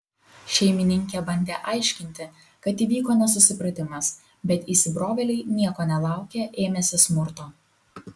šeimininkė bandė aiškinti kad įvyko nesusipratimas bet įsibrovėliai nieko nelaukę ėmėsi smurto